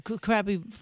Crappy